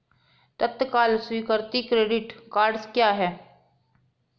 तत्काल स्वीकृति credit cards क्या हैं?